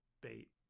bait